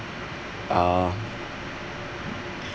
uh